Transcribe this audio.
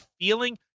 feeling